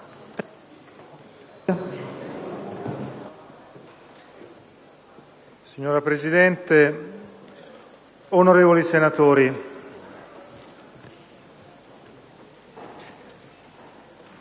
Signora Presidente, onorevoli senatori,